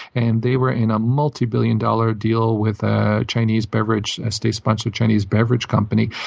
and they were in a multibillion-dollar deal with a chinese beverage, ah state-sponsored chinese beverage company.